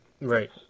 Right